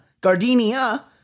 Gardenia